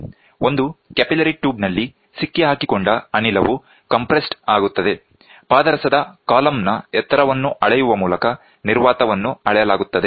ಒಂದು capillary tube ನಲ್ಲಿ ಸಿಕ್ಕಿಹಾಕಿಕೊಂಡ ಅನಿಲವು ಕಂಪ್ರೆಸ್ಡ್ ಆಗುತ್ತದೆ ಪಾದರಸದ ಕಾಲಂನ ಎತ್ತರವನ್ನು ಅಳೆಯುವ ಮೂಲಕ ನಿರ್ವಾತವನ್ನು ಅಳೆಯಲಾಗುತ್ತದೆ